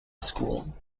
school